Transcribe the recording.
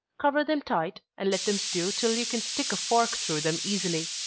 cover them tight, and let them stew till you can stick a fork through them easily.